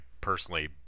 personally